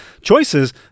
Choices